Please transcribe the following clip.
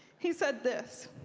he said this.